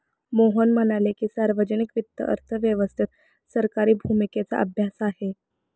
मोहन म्हणाले की, सार्वजनिक वित्त अर्थव्यवस्थेत सरकारी भूमिकेचा अभ्यास आहे